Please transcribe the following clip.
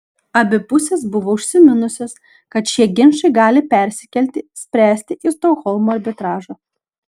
abi pusės buvo užsiminusios kad šie ginčai gali persikelti spręsti į stokholmo arbitražą